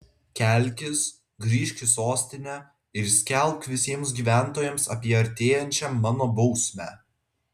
kelkis grįžk į sostinę ir skelbk visiems gyventojams apie artėjančią mano bausmę